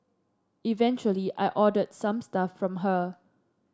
eventually I ordered some stuff from her